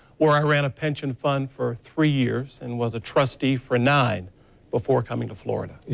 where i ran a pension fund for three years and was a trustee for nine before coming to florida.